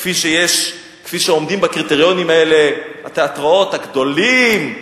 כפי שעומדים בקריטריונים האלה התיאטראות הגדולים,